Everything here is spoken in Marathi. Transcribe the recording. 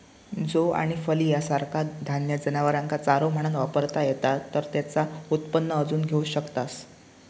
जौ आणि फलिया सारखा धान्य जनावरांका चारो म्हणान वापरता येता तर तेचा उत्पन्न अजून घेऊ शकतास